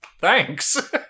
thanks